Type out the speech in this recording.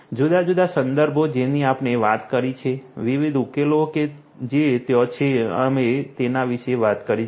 જુદા જુદા સંદર્ભો જેની આપણે વાત કરી છે વિવિધ ઉકેલો જે ત્યાં છે અમે તેના વિશે વાત કરી છે